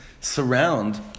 surround